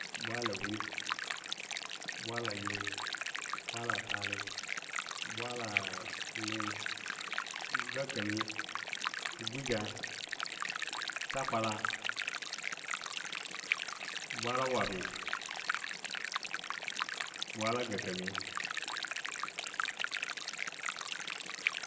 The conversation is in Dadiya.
Bwala win, bwala yoi bwala taali bwala nui, ga gakami, guja, sakwal bwala wabi bwala ga kami,